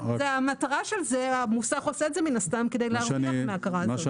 המוסך עושה את זה מן הסתם כדי להרוויח מההכרה הזאת.